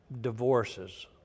divorces